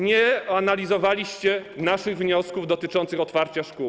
Nie analizowaliście naszych wniosków dotyczących otwarcia szkół.